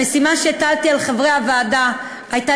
המשימה שהטלתי על חברי הוועדה הייתה